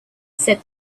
said